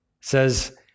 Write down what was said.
says